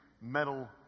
metal